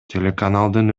телеканалдын